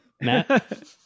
Matt